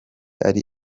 ari